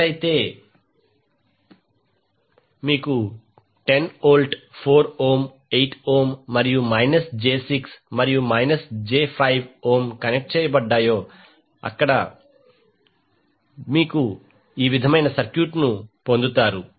ఎక్కడైతే మీకు 10 volt 4 ohm 8 ohm మరియు మైనస్ జె 6 మరియు జె 5 ఓం కనెక్ట్ చేయబడ్డాయి కాబట్టి మీరు ఈ విధమైన సర్క్యూట్ ను పొందుతారు